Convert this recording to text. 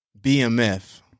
bmf